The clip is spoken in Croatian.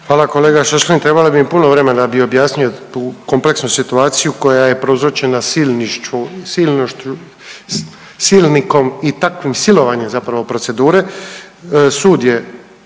Hvala kolega Šašlin, trebalo bi puno vremena da bi objasnio tu kompleksu situaciju koja je prouzročena silnošću, silnikom i takvim silovanjem zapravo procedure. Sud je